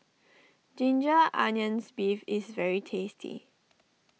Ginger Onions Beef is very tasty